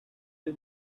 too